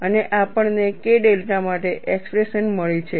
અને આપણને K delta માટે એક્સપ્રેશન મળી છે